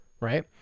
Right